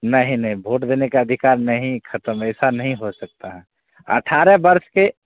नहीं नहीं भोट देने का अधिकार नहीं खत्म है ऐसा नहीं हो सकता है अठारह वर्ष से